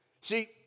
See